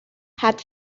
had